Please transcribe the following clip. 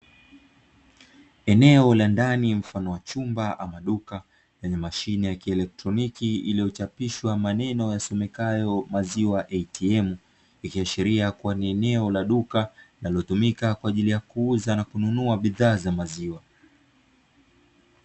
Eneo la ndani mfano wa chumba ama duka, yenye mashine ya kielektroniki iliyochapishwa maneno yasomekayo "maziwa ATM", ikiashiria kuwa in eneo la duka linalotumika kwa ajili ya kuuza na kununua bidhaa za maziwa.